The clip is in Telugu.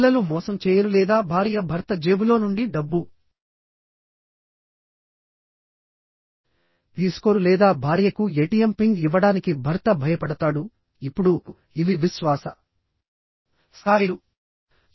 పిల్లలు మోసం చేయరు లేదా భార్య భర్త జేబులో నుండి డబ్బు తీసుకోరు లేదా భార్యకు ఎటిఎం పింగ్ ఇవ్వడానికి భర్త భయపడతాడు ఇప్పుడు ఇవి విశ్వాస స్థాయిలు